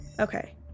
Okay